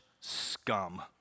scum